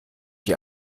die